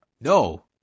No